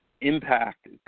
impact